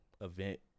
event